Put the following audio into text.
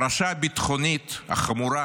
הפרשה הביטחונית החמורה